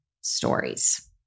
stories